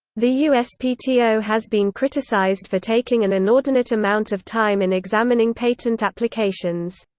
the uspto has been criticized for taking an inordinate amount of time in examining patent applications.